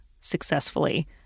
successfully